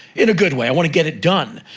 in a good way. i want to get it done.